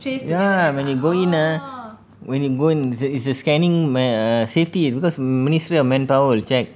ya when you go in ah when you go in it's a it's a scanning mea~ err safety because mm ministry of manpower will check